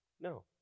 No